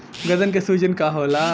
गदन के सूजन का होला?